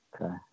Okay